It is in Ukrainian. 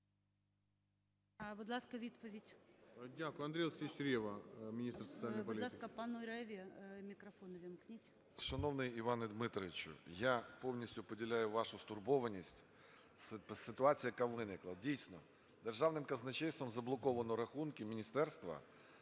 Дякую. Андрій Олексійович Рева, міністр соціальної політики.